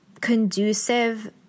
conducive